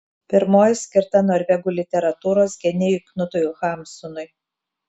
pirmoji skirta norvegų literatūros genijui knutui hamsunui